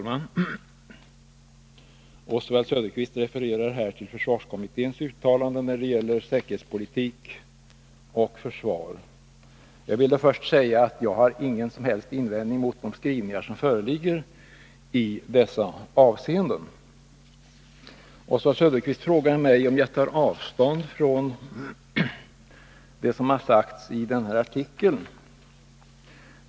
Fru talman! Oswald Söderqvist refererar till försvarskommitténs uttalande när det gäller säkerhetspolitik och försvar. Jag vill först säga att jag inte har någon som helst invändning mot de skrivningar som föreligger i dessa avseenden. Oswald Söderqvist frågar mig om jag tar avstånd från det som står i denna artikel.